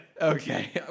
Okay